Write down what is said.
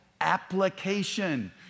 application